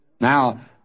Now